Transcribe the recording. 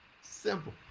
Simple